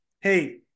hey